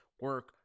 Work